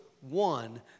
one